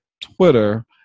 Twitter